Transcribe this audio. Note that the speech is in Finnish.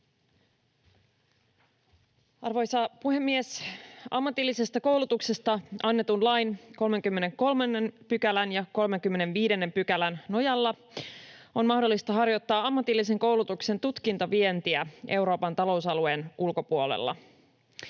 Arvoisa puhemies! Ammatillisesta koulutuksesta annetun lain 33 ja 35 §:n nojalla on mahdollista harjoittaa ammatillisen koulutuksen tutkintovientiä Euroopan talousalueen ulkopuolella.